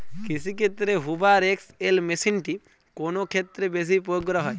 কৃষিক্ষেত্রে Hoover XL মেশিনটি কোন ক্ষেত্রে বেশি প্রয়োগ করা হয়?